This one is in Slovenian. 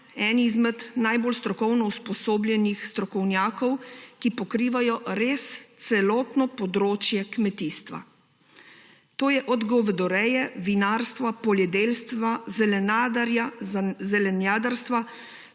eni izmed najbolj strokovno usposobljenih strokovnjakov, ki pokrivajo res celotno področje kmetijstva. To je od govedoreje, vinarstva, poljedelstva, zelenjadarstva